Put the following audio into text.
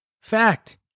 Fact